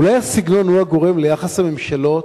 אולי הסגנון הוא הגורם ליחס הממשלות,